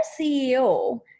CEO